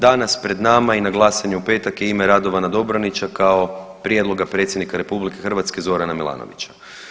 Danas pred nama i na glasanju u petak je ime Radovana Dobranića kao prijedloga Predsjednika RH Zorana Milanovića.